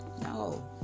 No